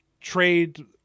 trade